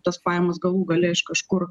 tas pajamas galų gale iš kažkur